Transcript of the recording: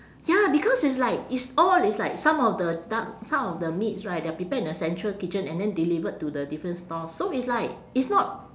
ya because it's like it's all it's like some of the duck some of the meats right they are prepared in the central kitchen and then delivered to the different stalls so it's like it's not